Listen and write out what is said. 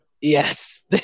yes